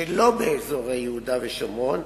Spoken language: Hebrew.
שלא באזורי יהודה ושומרון,